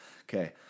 okay